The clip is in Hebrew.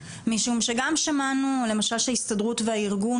משום שגם שמענו למשל שההסתדרות והארגון